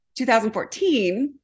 2014